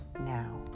now